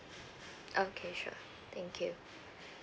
okay sure thank you